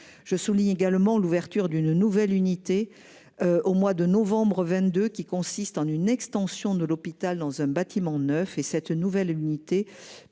Je souligne également l'ouverture d'une nouvelle unité. Au mois de novembre 22 qui consiste en une extension de l'hôpital dans un bâtiment neuf et cette nouvelle unité